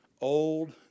old